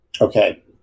Okay